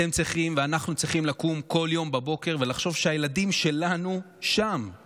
אתם צריכים ואנחנו צריכים לקום בכל יום בבוקר ולחשוב שהילדים שלנו שם,